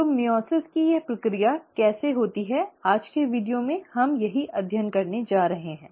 तो मइओसिस की यह प्रक्रिया कैसे होती है आज के वीडियो में हम यह अध्ययन करने जा रहे हैं